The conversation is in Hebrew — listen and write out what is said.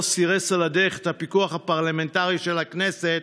סירס על דרך את הפיקוח הפרלמנטרי של הכנסת,